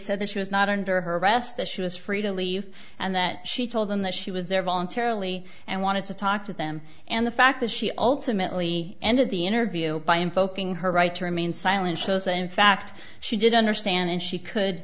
said that she was not under her arrest that she was free to leave and that she told them that she was there voluntarily and wanted to talk to them and the fact that she ultimately ended the interview by invoking her right to remain silent shows in fact she did understand and she could